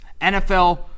NFL